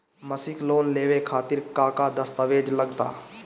मसीक लोन लेवे खातिर का का दास्तावेज लग ता?